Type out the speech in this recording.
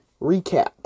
Recap